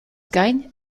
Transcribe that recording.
gain